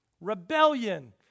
Rebellion